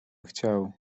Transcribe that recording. chciał